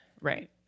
Right